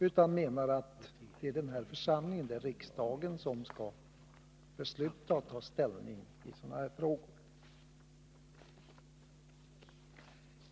Vi menar att det är den här församligen — riksdagen — som skall ta ställning och besluta i sådana frågor.